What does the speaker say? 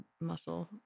muscle